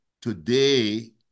today